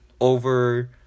over